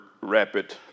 rapid